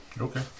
Okay